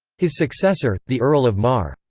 his successor, the earl of mar,